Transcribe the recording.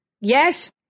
Yes